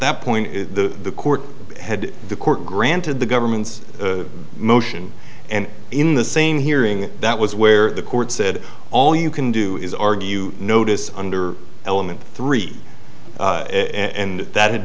that point the court had the court granted the government's motion and in the same hearing that was where the court said all you can do is argue notice under element three and that had